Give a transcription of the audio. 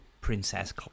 Princess